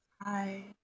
Hi